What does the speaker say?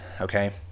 Okay